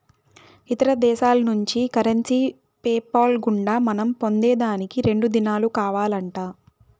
ఇతర దేశాల్నుంచి currency PayPal గుండా మనం పొందేదానికి రెండు దినాలు కావాలంట